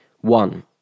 One